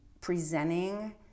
presenting